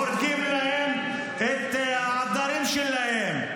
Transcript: -- הורגים להם את העדרים שלהם,